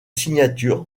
signatures